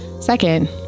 Second